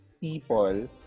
People